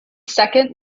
second